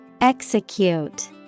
Execute